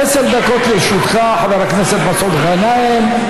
עשר דקות לרשותך, חבר הכנסת מסעוד גנאים.